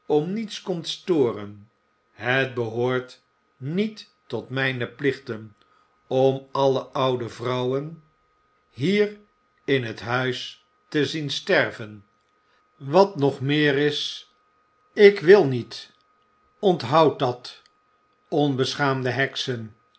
om niets komt storen het behoort niet tot mijne plichten om alle oude vrouwen hier in het huis te zien sterven wat nog meer is ik wil niet onthoudt dat onbeschaamde heksen